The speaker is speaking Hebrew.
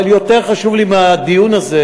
אבל יותר חשוב לי מהדיון הזה,